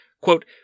Quote